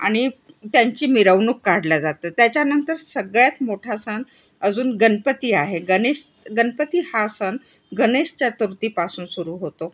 आणि त्यांची मिरवणूक काढल्या जातं त्याच्यानंतर सगळ्यात मोठा सण अजून गणपती आहे गणेश गणपती हा सण गणेश चतुर्थीपासून सुरू होतो